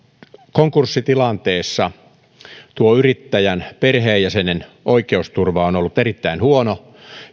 konkurssitilanteessa tämän yrittäjän perheenjäsenen oikeusturva on ollut erittäin huono